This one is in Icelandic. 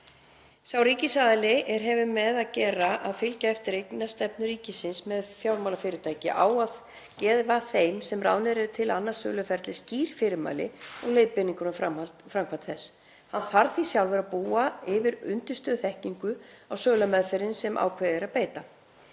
Sá ríkisaðili sem hefur með að gera að fylgja eftir eignastefnu ríkisins varðandi fjármálafyrirtæki á að gefa þeim sem ráðnir eru til að annast söluferlið skýr fyrirmæli og leiðbeiningar um framkvæmd þess. Hann þarf því sjálfur að búa yfir undirstöðuþekkingu á sölumeðferðinni sem ákveðið er að beita.